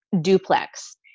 duplex